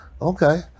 Okay